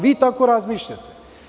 Vi tako razmišljate.